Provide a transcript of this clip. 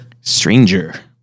Stranger